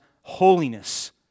holiness